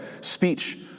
speech